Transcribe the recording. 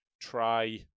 try